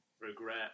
regret